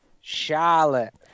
Charlotte